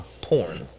Porn